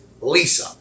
Lisa